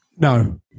No